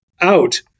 out